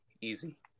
easy